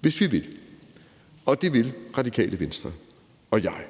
hvis vi vil, og det vil Radikale Venstre og jeg.